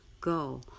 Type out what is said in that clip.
Go